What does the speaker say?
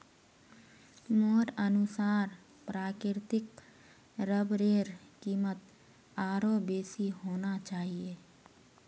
मोर अनुसार प्राकृतिक रबरेर कीमत आरोह बेसी होना चाहिए